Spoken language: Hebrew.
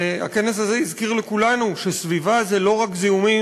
הכנס הזה הזכיר לכולנו שסביבה זה לא רק זיהומים,